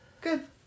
Good